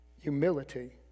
humility